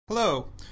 Hello